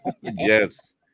yes